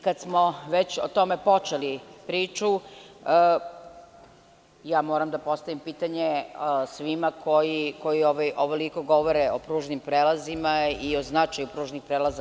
Kad smo već o tome počeli priču, moram da postavim pitanje svima koji ovoliko govore o pružnim prelazima i o značaju pružnih prelaza.